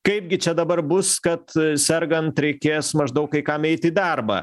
kaipgi čia dabar bus kad sergant reikės maždaug kai kam eiti į darbą